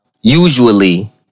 usually